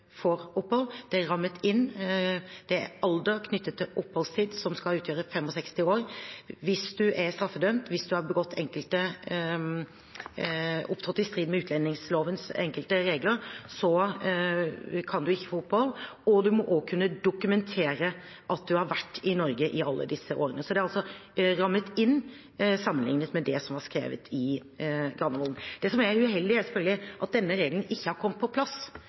opphold: Det er rammet inn. Det er alder knyttet til oppholdstid som skal utgjøre 65 år. Hvis man er straffedømt, hvis man har opptrådt i strid med utlendingslovens enkeltregler, kan man ikke få opphold. Man må også kunne dokumentere at man har vært i Norge i alle disse årene. Så det er altså rammet inn sammenlignet med det som var skrevet i Granavolden-plattformen. Det som er uheldig, er selvfølgelig at denne regelen ikke er kommet på plass,